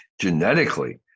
Genetically